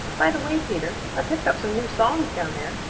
by the way, peter, i picked up some new songs down there.